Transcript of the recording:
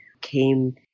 came